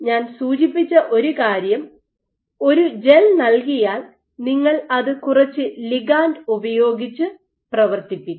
ഞാൻ സൂചിപ്പിച്ച ഒരു കാര്യം ഒരു ജെൽ നൽകിയാൽ നിങ്ങൾ അത് കുറച്ച് ലിഗാണ്ട് ഉപയോഗിച്ച് പ്രവർത്തിപ്പിക്കും